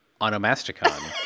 Onomasticon